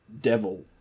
devil